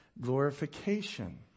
glorification